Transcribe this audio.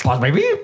baby